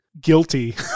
Guilty